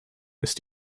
ist